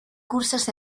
cursos